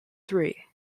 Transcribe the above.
three